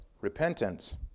repentance